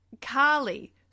Carly